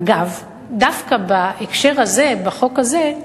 אגב, דווקא בהקשר הזה, בחוק הזה,